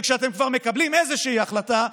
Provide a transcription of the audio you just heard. וכשאתם כבר מקבלים איזושהי החלטה,